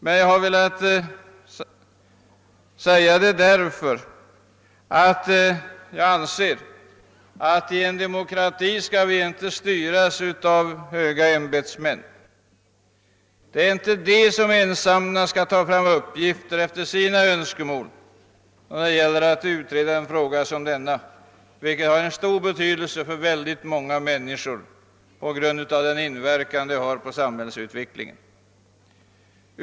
Men jag anser attien demokrati skall vi inte styras av höga ämbetsmän — det är inte de som ensamma skall ta fram uppgifter efter sina önskemål när det gäller att utreda en fråga som denna, vilken har stor betydelse för många människor på grund av den inverkan som ifrågavarande förhållande har för samhällsutvecklingen.